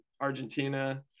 Argentina